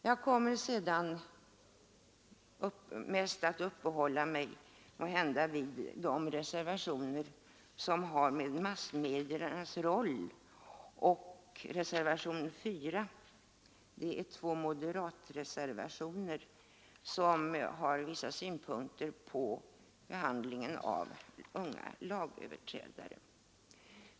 Jag kommer i övrigt mest att uppehålla mig vid de reservationer som behandlar massmediernas roll i detta sammanhang samt vid reserva tionen 4 av två moderater, som har vissa synpunkter på behandlingen av unga lagöverträdare.